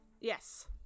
Yes